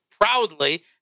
proudly